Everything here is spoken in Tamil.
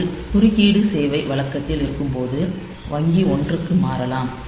அதில் குறுக்கீடு சேவை வழக்கத்தில் இருக்கும்போது வங்கி 1 க்கு மாறலாம்